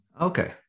Okay